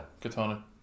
Katana